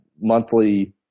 monthly